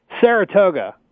Saratoga